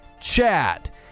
chat